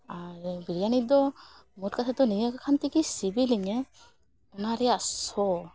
ᱟᱨ ᱵᱤᱨᱤᱭᱟᱱᱤ ᱫᱚ ᱢᱳᱴ ᱠᱟᱛᱷᱟ ᱫᱚ ᱱᱤᱭᱟᱹ ᱠᱚ ᱠᱷᱟᱱ ᱛᱮᱜᱮ ᱥᱤᱵᱤᱞᱤᱧᱟᱹ ᱚᱱᱟ ᱨᱮᱭᱟᱜ ᱥᱚ